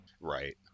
Right